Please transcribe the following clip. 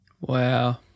Wow